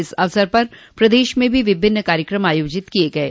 इस अवसर पर प्रदेश में भी विविध कार्यक्रम आयोजित किये गये